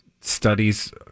studies